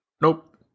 Nope